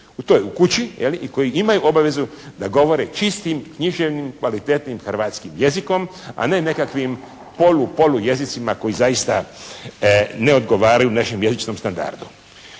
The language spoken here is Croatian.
u toj kući i koji imaju obavezu da govore čistim književnim kvalitetnim hrvatskim jezikom, a ne nekakvim polu polu jezicima koji zaista ne odgovaraju našem jezičnom standardu.